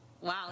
Wow